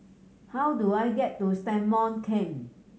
how do I get to Stagmont Camp